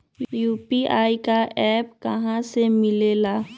UPI का app कहा से मिलेला?